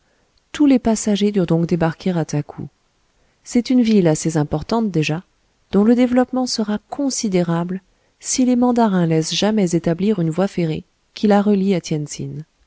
tous les passagers durent donc débarquer à takou c'est une ville assez importante déjà dont le développement sera considérable si les mandarins laissent jamais établir une voie ferrée qui la relie à